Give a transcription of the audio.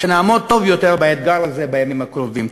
שנעמוד טוב יותר באתגר הזה בימים הקרובים.